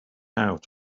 out